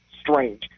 strange